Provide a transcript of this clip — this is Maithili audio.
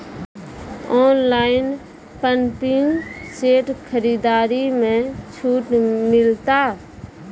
ऑनलाइन पंपिंग सेट खरीदारी मे छूट मिलता?